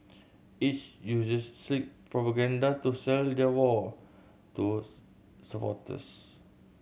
each uses slick propaganda to sell their war to supporters